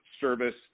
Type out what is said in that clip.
service